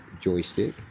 joystick